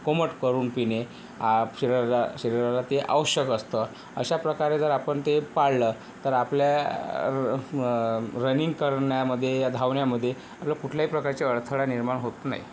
कोमट करून पिणे आ शरीराला शरीराला ते आवश्यक असतं अशाप्रकारे जर आपण ते पाळलं तर आपल्या रनिंग करण्यामध्ये या धावण्यामध्ये आपल्याला कुठल्याही प्रकारची अडथळा निर्माण होत नाही